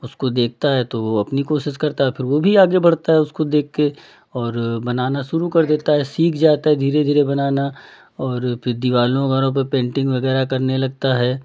उसको देखता है तो वो अपनी कोशिश करता है फिर वो भी आगे बढ़ता है उसको देख के और बनाना शुरू कर देता है सीख जाता है धीरे धीरे बनाना और फिर दीवालों वगैरह पे पेन्टिंग वगैरह करने लगता है